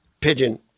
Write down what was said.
pigeon